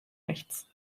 nichts